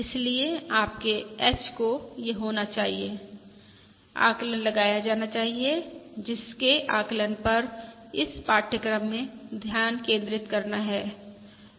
इसलिए आपके h को यह होना चाहिए आकलन लगाया जाना चाहिए जिसके आकलन पर इस पाठ्यक्रम में ध्यान केंद्रित करना है